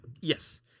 Yes